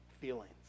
feelings